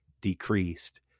decreased